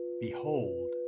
Behold